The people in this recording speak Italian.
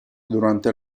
durante